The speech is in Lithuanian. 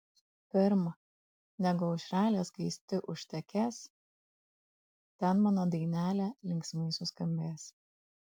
pirm negu aušrelė skaisti užtekės ten mano dainelė linksmai suskambės